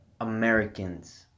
Americans